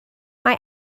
mae